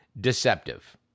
deceptive